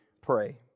pray